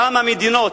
למה מדינות,